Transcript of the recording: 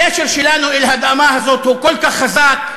הקשר שלנו אל האדמה הזאת הוא כל כך חזק,